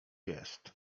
jest